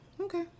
Okay